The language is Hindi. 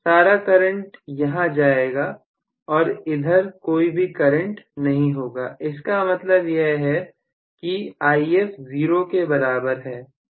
सारा करंट यहां पर जाएगा और इधर कोई भी करंट नहीं होगा इसका मतलब यह है कि If 0 के बराबर है